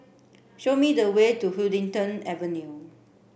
show me the way to Huddington Avenue